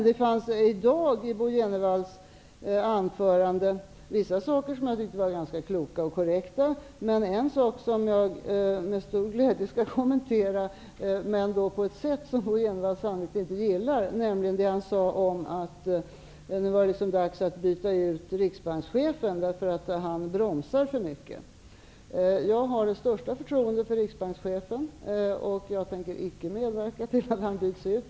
Det fanns i dag i Bo Jenevalls anförande vissa saker som jag tyckte var ganska kloka och korrekta. Men en sak som jag med stor glädje skall kommentera, men på ett sätt som Bo Jenevall sannolikt inte gillar, är det han sade om att det är dags att byta ut riksbankschefen därför att han bromsar för mycket. Jag har det största förtroende för riksbankschefen, och jag tänker icke medverka till att han byts ut.